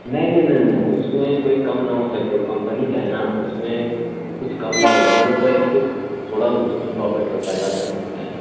نہیں نہیں نہیں نہیں نہیں اس میں کوئی کم نہ ہو سکتا کمپنی کا ہے نا اس میں کچھ کم نہ ہوگا ہم لوگ کا ہی خود تھوڑا اس میں پرافٹ ہوتا ہے زیادہ نہیں ہوتا ہے